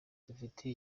dufite